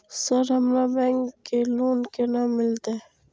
Sir हमरा bank से loan केना मिलते?